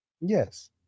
Yes